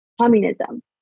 communism